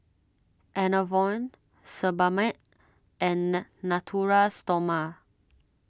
Enervon Sebamed and Na Natura Stoma